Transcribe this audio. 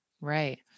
right